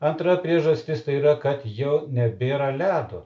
antra priežastis tai yra kad jau nebėra ledo